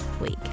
week